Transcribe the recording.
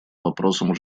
вопросам